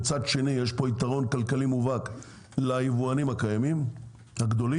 מצד שני יש פה יתרון כלכלי מובהק ליבואנים הקיימים הגדולים,